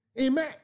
Amen